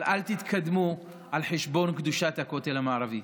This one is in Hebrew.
אבל אל תתקדמו על חשבון קדושת הכותל המערבי.